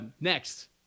Next